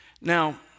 Now